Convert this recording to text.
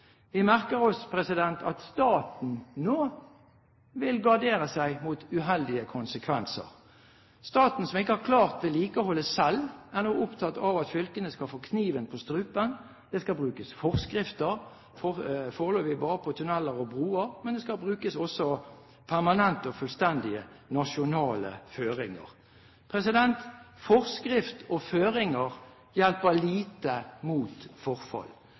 Vi merker oss at staten nå vil gardere seg mot uheldige konsekvenser. Staten, som ikke har klart vedlikeholdet selv, er nå opptatt av at fylkene skal få kniven på strupen. Det skal brukes forskrifter, foreløpig bare for tunneler og bruer, men det skal også brukes permantente og fullstendige nasjonale føringer. Forskrifter og føringer hjelper lite mot